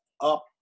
up